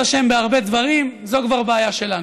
השמאל אשם בהרבה דברים, זו כבר בעיה שלנו.